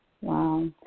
Wow